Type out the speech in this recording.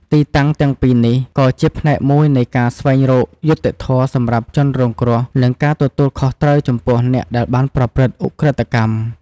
ទីតាំងទាំងពីរនេះ ក៏ជាផ្នែកមួយនៃការស្វែងរកយុត្តិធម៌សម្រាប់ជនរងគ្រោះ និងការទទួលខុសត្រូវចំពោះអ្នកដែលបានប្រព្រឹត្តឧក្រិដ្ឋកម្ម។